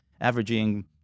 averaging